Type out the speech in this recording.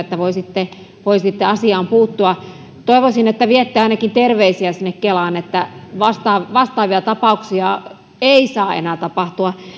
että voisitte voisitte asiaan puuttua toivoisin että viette ainakin terveisiä sinne kelaan että vastaavia vastaavia tapauksia ei saa enää tapahtua